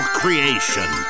creation